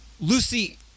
Lucy